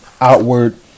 outward